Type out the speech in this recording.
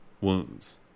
wounds